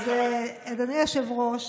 אז אדוני היושב-ראש,